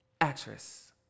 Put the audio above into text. actress